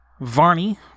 Varney